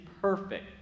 perfect